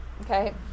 Okay